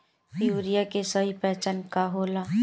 Urea के सही पहचान का होला?